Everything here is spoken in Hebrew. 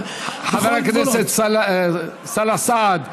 חבר הכנסת סאלח סעד,